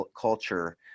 culture